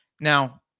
Now